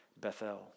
Bethel